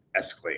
escalate